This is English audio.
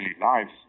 lives